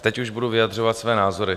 Teď už budu vyjadřovat své názory.